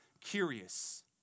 curious